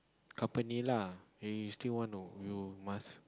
company lah eh you still want to you must